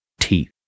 Teeth